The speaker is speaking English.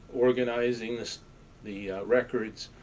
organizing the records,